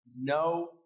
No